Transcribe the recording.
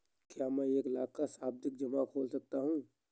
क्या मैं एक लाख का सावधि जमा खोल सकता हूँ?